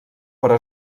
però